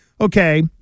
Okay